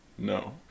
No